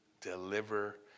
deliver